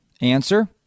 Answer